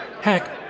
Heck